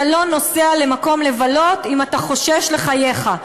אתה לא נוסע למקום לבלות אם אתה חושש שם לחייך.